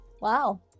Wow